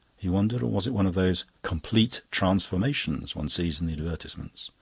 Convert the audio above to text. he wondered, or was it one of those complete transformations one sees in the advertisements?